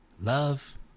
Love